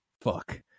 fuck